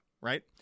right